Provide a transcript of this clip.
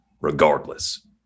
regardless